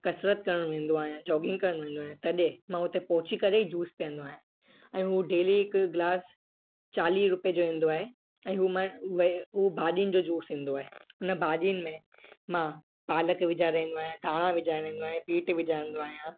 कसरतु करण वेंदो आहियां जॉगिंग करणु वेंदो आहियां तॾहिं मां उते पहुची करे ई जूस पीअंदो आहियां ऐं हो डेली हिकु गिलास चालीह रुपए जो ईंदो आहे ऐं हो मां वे हूं भाॼियुनि जो जूस ईंदो आहे हुन भाॼियुनि में मां पालक विझाए रहंदो आहियां धाणा विझाईंदो आहियां बीट विझाईंदो आहियां